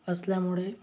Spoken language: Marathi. असल्यामुळे